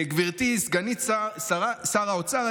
גברתי סגנית שר האוצר,